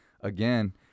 again –